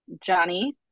Johnny